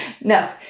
No